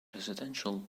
residential